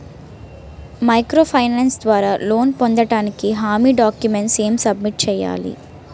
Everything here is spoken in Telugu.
మైక్రో ఫైనాన్స్ ద్వారా లోన్ పొందటానికి హామీ డాక్యుమెంట్స్ ఎం సబ్మిట్ చేయాలి?